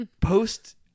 post